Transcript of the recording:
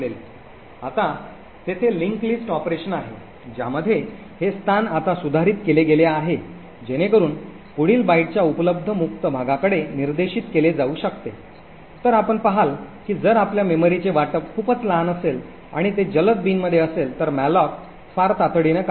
आता तेथे linked list operation आहे ज्यामध्ये हे स्थान आता सुधारित केले गेले आहे जेणेकरून पुढील बाइटच्या उपलब्ध मुक्त भागाकडे निर्देशित केले जाऊ शकते तर आपण पहाल की जर आपल्या मेमरीचे वाटप खूपच लहान असेल आणि ते जलद बिनमध्ये असेल तर मॅलोक फार तातडीने कार्य करते